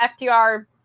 FTR